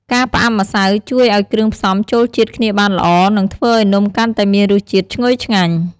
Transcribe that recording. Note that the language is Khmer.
ការផ្អាប់ម្សៅជួយឱ្យគ្រឿងផ្សំចូលជាតិគ្នាបានល្អ និងធ្វើឱ្យនំកាន់តែមានរសជាតិឈ្ងុយឆ្ងាញ់។